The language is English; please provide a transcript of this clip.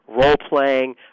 role-playing